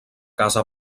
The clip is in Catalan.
casa